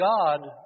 God